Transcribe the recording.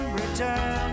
return